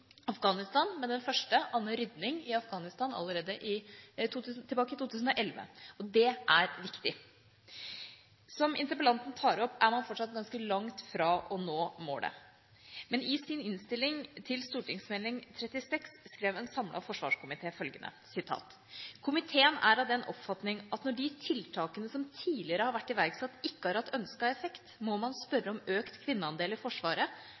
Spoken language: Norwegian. Afghanistan, men den første i Afghanistan, Anne Rydning, allerede tilbake i 2011. Det er viktig. Som interpellanten tar opp, er man fortsatt ganske langt fra å nå målet. Men i sin innstilling til St. meld. nr. 36 for 2006–2007 skrev en samlet forsvarkomité følgende: «Komiteen er av den oppfatning at når de tiltakene som tidligere har vært iverksatt ikke har hatt ønsket effekt, må man spørre om økt kvinneandel i Forsvaret